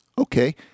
Okay